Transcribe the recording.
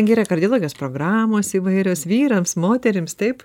gi yra kardiologijos programos įvairios vyrams moterims taip